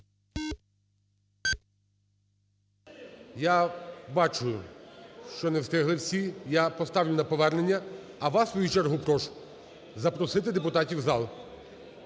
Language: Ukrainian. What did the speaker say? Я бачу, що не встигли всі. Я поставлю на повернення, а вас, в свою чергу, прошу запросити депутатів в зал.